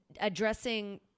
Addressing